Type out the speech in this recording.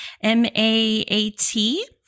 M-A-A-T